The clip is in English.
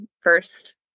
first